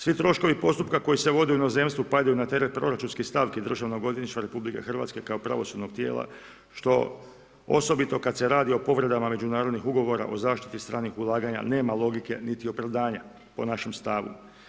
Svi troškovi postupka koji se vode u inozemstvu padaju na teret proračunskih stavki DORH-a kao pravosudnog tijela što osobito kada se radi o povredama međunarodnih ugovora o zaštiti stranih ulaganja nema logike niti opravdanja po našem stavu.